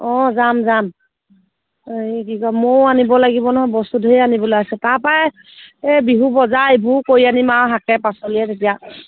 অঁ যাম যাম হেৰি কি কয় মইও আনিব লাগিব নহয় বস্তু ধেৰ আনিবলৈ আছে তাৰপৰাই এই বিহু বজাৰ ইবোৰ কৰি আনিম আৰু শাকে পাচলিয়ে তেতিয়া